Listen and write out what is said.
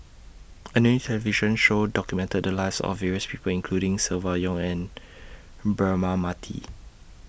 A New television Show documented The Lives of various People including Silvia Yong and Braema Mathi